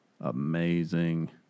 Amazing